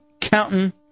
counting